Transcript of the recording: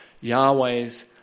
Yahweh's